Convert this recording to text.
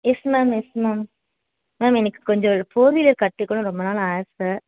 S ma'am yes ma'am ma'am எனக்கு கொஞ்சம் four wheeler கற்றுக்கணும் ரொம்ப நாளாக ஆசை